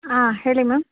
ಹಾಂ ಹೇಳಿ ಮ್ಯಾಮ್